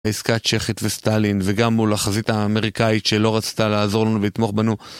עסקה צ'כית וסטלין, וגם מול החזית האמריקאית שלא רצתה לעזור לנו ולתמוך בנו.